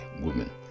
woman